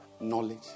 knowledge